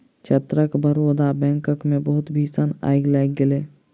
क्षेत्रक बड़ौदा बैंकक मे बहुत भीषण आइग लागि गेल